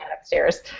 upstairs